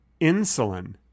Insulin